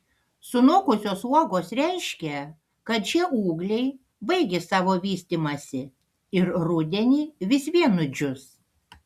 sunokusios uogos reiškia kad šie ūgliai baigė savo vystymąsi ir rudenį vis vien nudžius